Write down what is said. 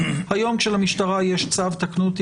היום כשלמשטרה יש תקנו אותי,